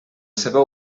seva